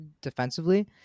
defensively